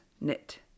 knit